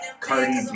Cardi